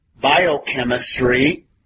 Biochemistry